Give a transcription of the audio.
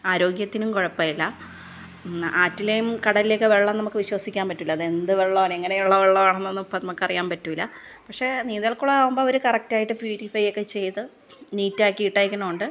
ആരോഗ്യത്തിനും കുഴപ്പം ഇല്ല ആറ്റിലെയും കടലിലെലെക്കെ വെള്ളം നമുക്ക് വിശ്വസിക്കാന് പറ്റില്ല അതെന്തു വെള്ളമാണ് എങ്ങനെയുള്ള വെള്ളമാണ് എന്നൊന്നും നമുക്കറിയാന് പറ്റില്ല പക്ഷേ നീന്തല് കുളമാകുമ്പോ അവർ കറക്റ്റായിട്ട് പ്യൂരിഫൈ ഒക്കെ ചെയ്ത് നീറ്റാക്കി ഇട്ടേക്കണകൊണ്ട്